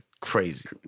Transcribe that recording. Crazy